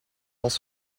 als